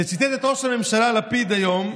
שציטט את ראש הממשלה לפיד היום,